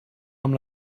amb